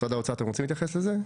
משרד האוצר, אתם רוצים להתייחס לזה?